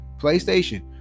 playstation